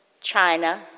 China